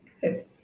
good